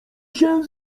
się